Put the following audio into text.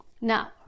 now